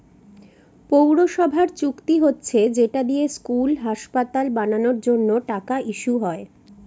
পৌরসভার চুক্তি হচ্ছে যেটা দিয়ে স্কুল, হাসপাতাল বানানোর জন্য টাকা ইস্যু হয়